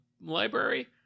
library